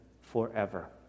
forever